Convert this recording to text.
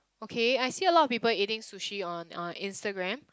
okay I see a lot of people eating sushi on on Instagram